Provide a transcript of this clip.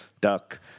duck